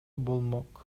болмок